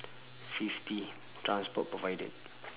fifty transport provided